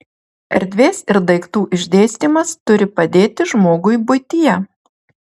erdvės ir daiktų išdėstymas turi padėti žmogui buityje